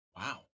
Wow